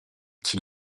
qui